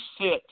sit